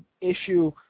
issue